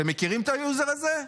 אתם מכירים את היוזר הזה?